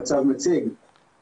אנחנו היום נציג לכם